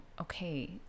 Okay